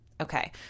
Okay